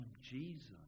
Jesus